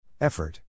Effort